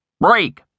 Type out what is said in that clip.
Break